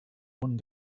one